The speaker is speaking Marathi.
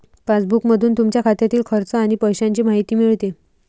पासबुकमधून तुमच्या खात्यातील खर्च आणि पैशांची माहिती मिळते